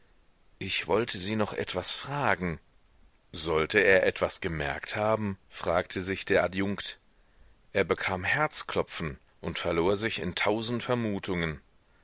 ich wollte sie noch etwas fragen sollte er etwas gemerkt haben fragte sich der adjunkt er bekam herzklopfen und verlor sich in tausend vermutungen